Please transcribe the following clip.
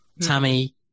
Tammy